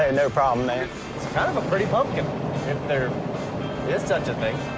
and no problem, man. it's kind of a pretty pumpkin, if there is such a thing.